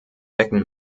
wecken